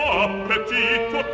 appetito